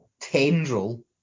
tendril